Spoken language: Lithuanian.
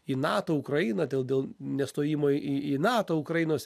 į nato ukrainą dėl dėl nestojimo į nato ukrainos